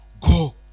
go